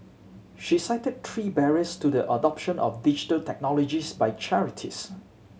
she cited three barriers to the adoption of Digital Technologies by charities